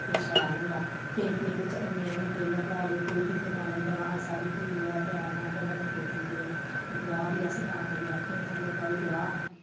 ते शैल होंदा केईं केईं बिच्च इन्ने होंदे न भैड़े कोई दिखदे निं भला साढ़ी धीऽ ऐ भैन ऐ बड़ा दुख दिंदे न ते ब्याह् बी अस तां करी आखने आं चलो भाई ब्याह्